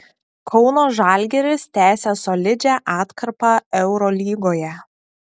kauno žalgiris tęsia solidžią atkarpą eurolygoje